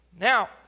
Now